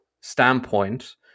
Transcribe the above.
standpoint